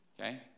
Okay